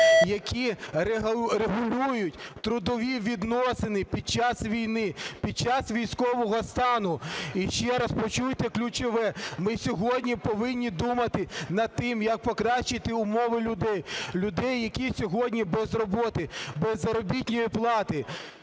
які регулюють трудові відносини під час війни, під час військового стану. І ще раз почуйте ключове. Ми сьогодні повинні думати над тим, як покращити умови людей, які сьогодні без роботи, без заробітної плати.